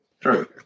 True